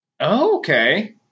okay